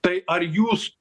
tai ar jūs